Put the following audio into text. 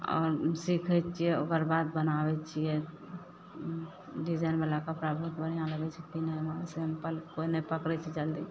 आओर सीखैत छियै ओकर बाद बनाबय छियै डिजाइनवला कपड़ा बहुत बढ़िआँ लगय छै पीन्हयमे सिम्पल कोइ नहि पकड़य छै जल्दी